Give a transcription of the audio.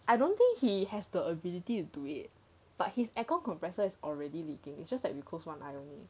as in I don't think he has the ability to do it but he's aircon compressor is already leaking just that we closed one eye only